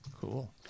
Cool